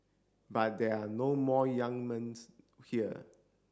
but there are no more young men's here